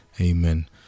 amen